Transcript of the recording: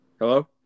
Hello